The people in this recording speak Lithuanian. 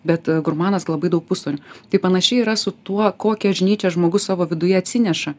bet gurmanas labai daug pustonių tai panašiai yra su tuo kokią žinyčią žmogus savo viduje atsineša